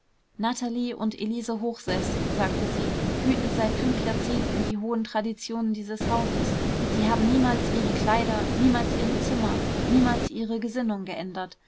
natalie und elise hochseß sagte sie hüten seit fünf jahrzehnten die hohen traditionen dieses hauses sie haben niemals ihre kleider niemals ihre zimmer niemals ihre gesinnungen geändert